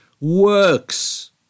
works